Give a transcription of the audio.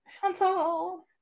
Chantal